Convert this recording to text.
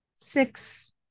six